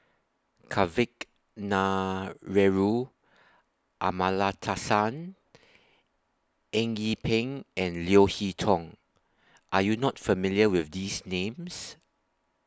Kavignareru Amallathasan Eng Yee Peng and Leo Hee Tong Are YOU not familiar with These Names